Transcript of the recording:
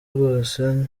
rwose